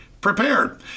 prepared